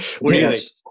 Yes